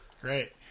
Great